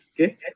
Okay